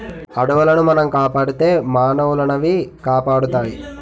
అడవులను మనం కాపాడితే మానవులనవి కాపాడుతాయి